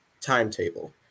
timetable